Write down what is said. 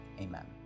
Amen